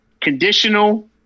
conditional